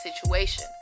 situation